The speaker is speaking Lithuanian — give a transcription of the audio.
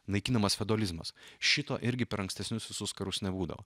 naikinamas feodalizmas šito irgi per ankstesnius visus karus nebūdavo